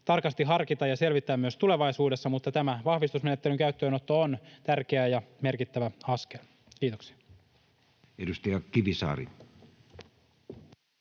tarkasti harkita ja selvittää myös tulevaisuudessa, mutta tämä vahvistusmenettelyn käyttöönotto on tärkeä ja merkittävä askel. — Kiitoksia. [Speech 226]